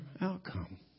outcome